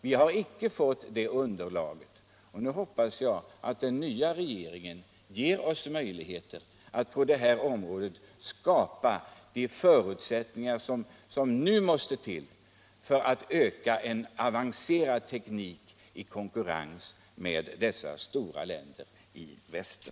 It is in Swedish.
Vi har icke fått det underlaget, och nu hoppas jag att den nya regeringen ger oss möjligheter att på detta område skapa de förutsättningar som nu måste komma till för att åstadkomma en avancerad teknik som kan konkurrera med dessa stora länder i väster.